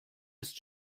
ist